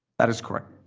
that is correct.